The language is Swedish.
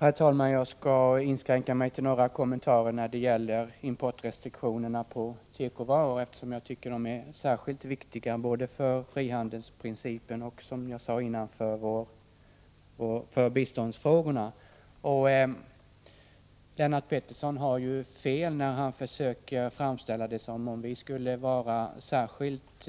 Herr talman! Jag skall inskränka mig till att göra några kommentarer beträffande importrestriktionerna på tekovaror, eftersom jag tycker att frågan om dessa restriktioner är särskilt viktig både med tanke på frihandelsprincipen och, som sagt, beträffande biståndsfrågorna. Lennart Pettersson har faktiskt fel när han försöker göra gällande att Sverige är särskilt